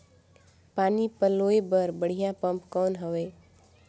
पानी पलोय बर बढ़िया पम्प कौन हवय?